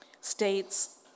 states